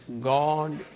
God